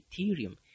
Ethereum